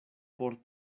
por